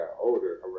older